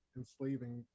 enslaving